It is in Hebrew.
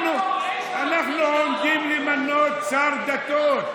אנחנו עומדים למנות שר דתות.